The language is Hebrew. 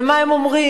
ומה הם אומרים?